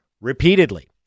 repeatedly